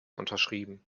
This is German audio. unterschrieben